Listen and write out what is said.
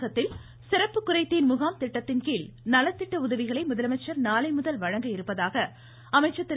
தமிழகத்தில் சிறப்பு குறைதீர் முகாம் திட்டத்தின்கீழ் நலத்திட்ட உதவிகளை முதலமைச்சர் நாளைமுதல் வழங்க இருப்பதாக அமைச்சர் திரு